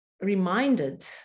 reminded